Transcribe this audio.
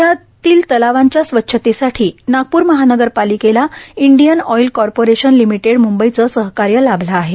शहरातील तलावांच्या स्वच्छतेसाठी नागपूर महानगरपालिकेला इंडियन ऑईल कॉर्पोरिशन लिमिटेड म्बईचं सहकार्य लाभलं आहे